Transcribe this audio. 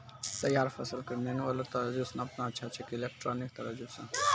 तैयार फसल के मेनुअल तराजु से नापना अच्छा कि इलेक्ट्रॉनिक तराजु से?